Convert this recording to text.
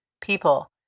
people